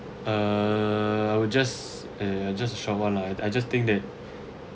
err I would just eh a short while lah I just think that